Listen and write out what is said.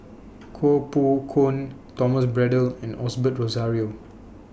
Koh Poh Koon Thomas Braddell and Osbert Rozario